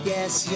Yes